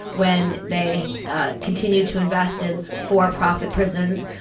when they continue to invest in for-profit prisons,